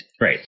Right